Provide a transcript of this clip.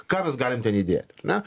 ką mes galim ten įdėt ar ne